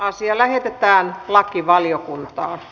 asia lähetettiin lakivaliokuntaan